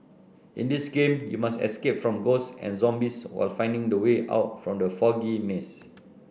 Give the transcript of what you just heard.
in this game you must escape from ghosts and zombies while finding the way out from the foggy maze